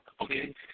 Okay